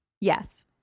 Yes